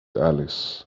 alice